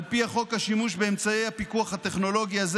על פי חוק השימוש באמצעי הפיקוח הטכנולוגי זה